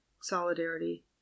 solidarity